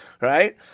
Right